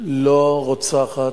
לא רוצחת,